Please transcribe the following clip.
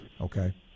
okay